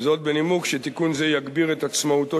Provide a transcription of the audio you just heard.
וזה בנימוק שתיקון זה יגביר את עצמאותו